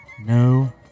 no